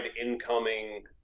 incoming